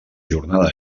jornada